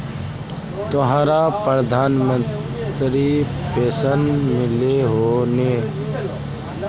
तोहरा प्रधानमंत्री पेन्शन मिल हको ने?